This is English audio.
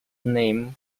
name